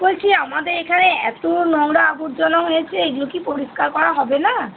বলছি আমাদের এখানে এত নোংরা আবর্জনা হয়েছে এগুলো কি পরিষ্কার করা হবে না